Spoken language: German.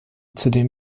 zudem